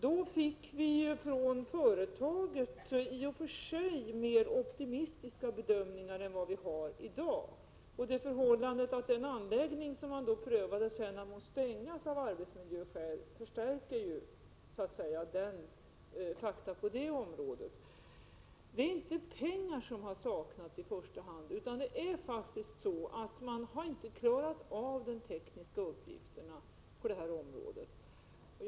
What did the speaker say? Vi fick då från företaget i och för sig mer optimistiska bedömningar än vi får i dag. Det förhållandet att den anläggning man då prövade sedan har måst stänga äv arbetsmiljöskäl förstärker också fakta på detta område. Det är inte pengar som har saknats i första hand. Man har faktiskt inte klarat av de tekniska uppgifterna på detta område.